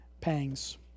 pangs